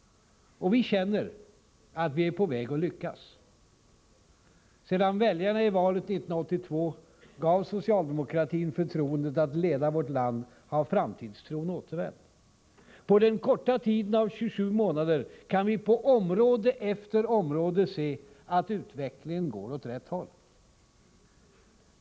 Vi känner att vi är på väg att lyckas. Sedan väljarna i valet 1982 gav socialdemokratin förtroendet att leda vårt land, har framtidstron återvänt. På den korta tiden av 27 månader kan vi på område efter område se att utvecklingen går åt rätt håll.